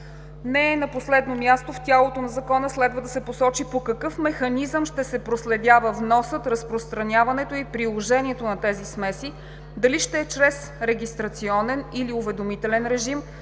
Не на последно място, в тялото на Закона, следва да се посочи по какъв механизъм ще се проследява вносът, разпространяването и приложението на тези смеси: дали ще е чрез регистрационен, или уведомителен режим